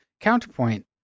counterpoint